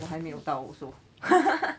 我还没有到 also